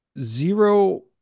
zero